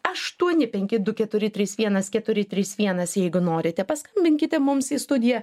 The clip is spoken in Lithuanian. aštuoni penki du keturi trys vienas keturi trys vienas jeigu norite paskambinkite mums į studiją